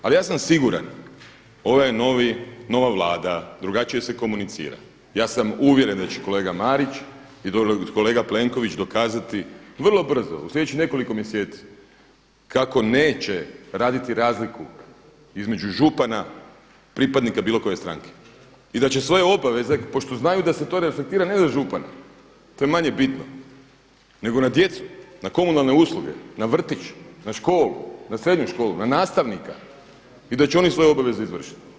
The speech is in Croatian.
Ali ja sam siguran, ovo je nova Vlada, drugačije se komunicira, ja sam uvjeren da će kolega Marić i kolega Plenković dokazati vrlo brzo u sljedećih nekoliko mjeseci kako neće raditi razliku između župana pripadnika bilo koje stranke i da će svoje obaveze, pošto znaju da se to reflektira ne na župana, to je manje bitno nego na djecu, na komunalne usluge, na vrtić, na školu, na srednju školu, na nastavnika i da će oni svoje obaveze izvršiti.